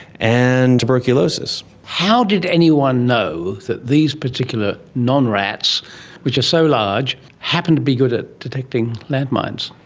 and tuberculosis. how did anyone know that these particular non-rats which are so large happen to be good at detecting landmines?